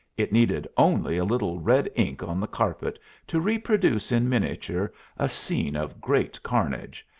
it needed only a little red ink on the carpet to reproduce in miniature a scene of great carnage,